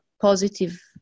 positive